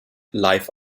live